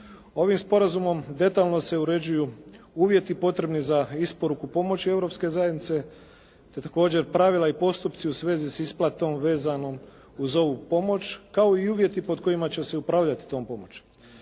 Ovim sporazumom detaljno se uređuju uvjeti potrebni za isporuku pomoći Europske zajednice, te također pravila i postupci u svezi s isplatom vezanom uz ovu pomoć, kao i uvjeti pod kojima će se upravljati tom pomoći.